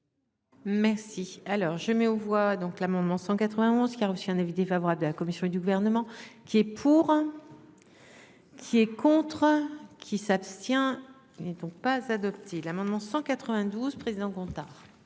Merci. Alors je mets aux voix donc l'amendement 191 qui a reçu un avis défavorable de la commission et du gouvernement qui est pour. Qui est contre qui s'abstient et donc pas adopté l'amendement 192 président Gontard.